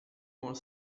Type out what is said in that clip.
more